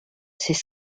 ses